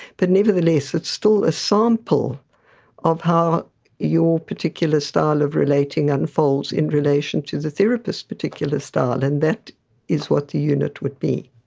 but nevertheless it's still a sample of how your particular style of relating unfolds in relation to the therapist's particular style, and that is what the unit would be.